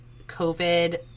COVID